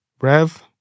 Rev